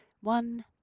one